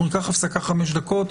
ניקח הפסקה לחמש דקות.